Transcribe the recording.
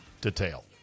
detail